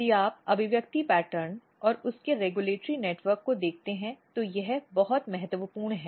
यदि आप अभिव्यक्ति पैटर्न और उनके नियामक नेटवर्क को देखते हैं तो यह बहुत महत्वपूर्ण है